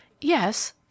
Yes